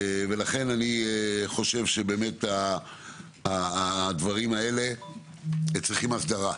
לכן, אני חושב שהדברים האלה צריכים הסדרה.